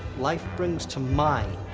life brings to mind a